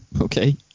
Okay